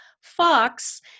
Fox